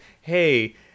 Hey